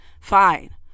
fine